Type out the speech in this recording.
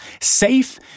safe